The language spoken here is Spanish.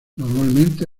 normalmente